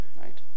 right